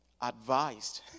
advised